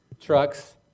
trucks